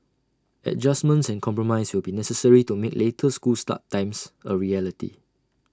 adjustments and compromise will be necessary to make later school start times A reality